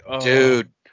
Dude